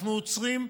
אנחנו עוצרים,